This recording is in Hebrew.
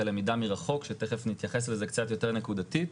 הלמידה מרחוק שתיכף נתייחס לזה קצת יותר נקודתית,